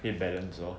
会 balance lor